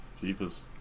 Jeepers